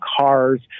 cars